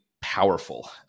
powerful